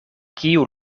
kiu